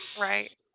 Right